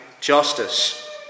justice